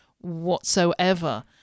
whatsoever